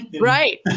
Right